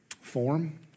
form